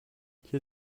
hier